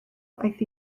aeth